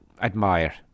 admire